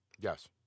Yes